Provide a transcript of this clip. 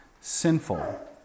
sinful